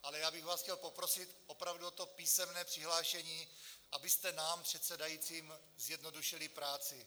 Ale já bych vás chtěl poprosit opravdu o to písemné přihlášení, abyste nám předsedajícím zjednodušili práci.